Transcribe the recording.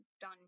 done